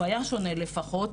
הוא היה שונה לפחות,